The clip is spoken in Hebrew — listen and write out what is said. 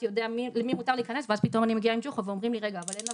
יודע למי מותר להיכנס ואז פתאום אני מגיעה עם ג'וחא ואומרים לי: רגע,